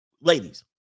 Ladies